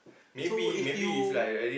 so if you